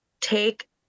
take